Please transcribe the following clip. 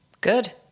good